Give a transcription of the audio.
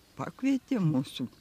pakvietė mūsų